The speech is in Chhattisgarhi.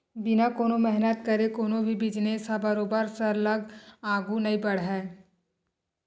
बिना कोनो मेहनत करे कोनो भी बिजनेस ह बरोबर सरलग आघु नइ बड़हय